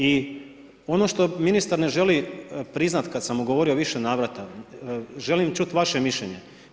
I ono što ministar ne želi priznati kada sam mu govorio u više navrata, želim čuti vaše mišljenje.